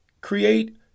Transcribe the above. Create